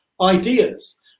ideas